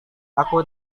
aku